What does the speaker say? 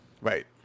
right